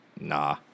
nah